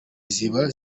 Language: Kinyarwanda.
ziba